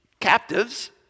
captives